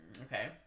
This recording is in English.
Okay